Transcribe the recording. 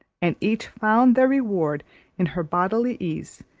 and each found their reward in her bodily ease,